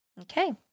Okay